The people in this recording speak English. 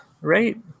right